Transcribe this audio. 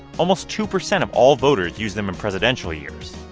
almost two percent of all voters use them in presidential years.